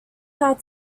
how